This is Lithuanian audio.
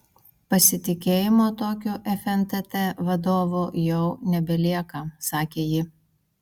pasitikėjimo tokiu fntt vadovu jau nebelieka sakė ji